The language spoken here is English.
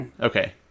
Okay